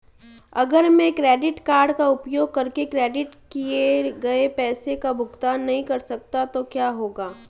अगर मैं credit card का उपयोग करके क्रेडिट किए गए पैसे का भुगतान नहीं कर सकता तो क्या होगा?